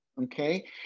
okay